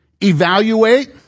Evaluate